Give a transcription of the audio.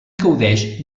gaudeix